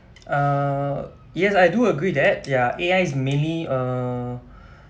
uh yes I do agree that ya A_I is mainly